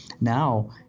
now